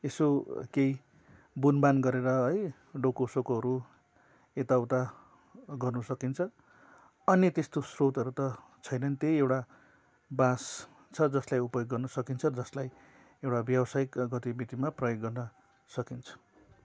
यसो केही बुनबान गरेर है डोकोसोकोहरू यता उता गर्नु सकिन्छ अनि त्यस्तो स्रोतहरू त छैनन् त्यही एउटा बाँस छ जसलाई उपयोग गर्नु सकिन्छ जसलाई एउटा व्यवसायिक गतिविधिमा प्रयोग गर्न सकिन्छ